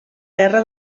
guerra